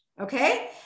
Okay